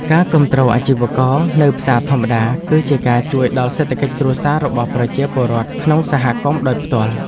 ការគាំទ្រអាជីវករនៅផ្សារធម្មតាគឺជាការជួយដល់សេដ្ឋកិច្ចគ្រួសាររបស់ប្រជាពលរដ្ឋក្នុងសហគមន៍ដោយផ្ទាល់។